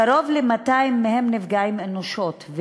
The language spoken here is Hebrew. קרוב ל-200 מהם נפגעים אנושות,